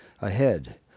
ahead